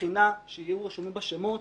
בחינה שיהיו רשומים בה שמות,